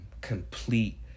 complete